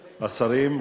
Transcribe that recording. השרים,